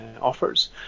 offers